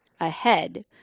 ahead